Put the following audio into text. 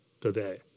today